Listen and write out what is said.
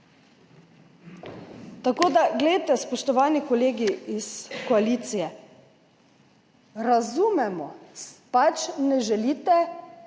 pa razlika. Spoštovani kolegi iz koalicije, razumemo, pač ne želite